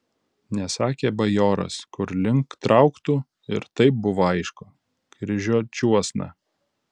nesakė bajoras kur link trauktų ir taip buvo aišku kryžiuočiuosna